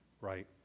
right